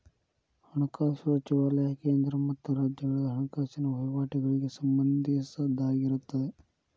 ಹಣಕಾಸು ಸಚಿವಾಲಯ ಕೇಂದ್ರ ಮತ್ತ ರಾಜ್ಯಗಳ ಹಣಕಾಸಿನ ವಹಿವಾಟಗಳಿಗೆ ಸಂಬಂಧಿಸಿದ್ದಾಗಿರತ್ತ